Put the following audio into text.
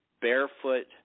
barefoot